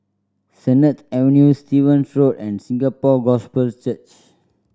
Sennett Avenue Stevens Road and Singapore Gospel Church